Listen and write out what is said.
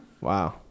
Wow